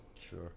Sure